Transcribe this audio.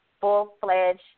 full-fledged